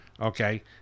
Okay